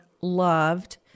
loved